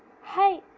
Hi